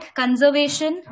conservation